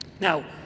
Now